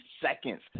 seconds